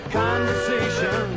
conversation